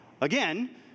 Again